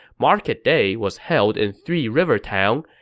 market day was held in three river town,